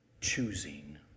choosing